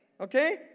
okay